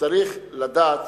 צריך לדעת